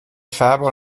färber